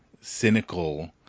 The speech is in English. cynical